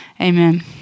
Amen